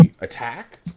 attack